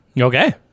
okay